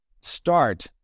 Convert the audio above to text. start